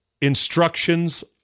instructions